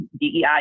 DEI